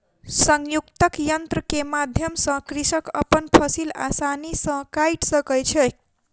संयुक्तक यन्त्र के माध्यम सॅ कृषक अपन फसिल आसानी सॅ काइट सकै छै